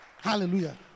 Hallelujah